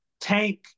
Tank